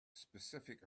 specific